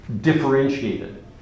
differentiated